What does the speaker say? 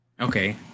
Okay